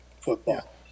football